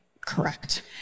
Correct